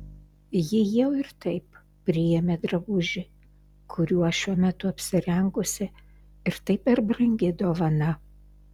ji jau ir taip priėmė drabužį kuriuo šiuo metu apsirengusi ir tai per brangi dovana